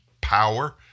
power